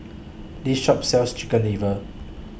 This Shop sells Chicken Liver